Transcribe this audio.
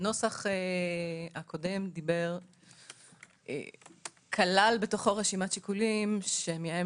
הנוסח הקודם כלל רשימת שיקולים שמהם